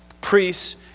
priests